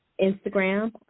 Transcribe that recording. Instagram